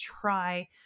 try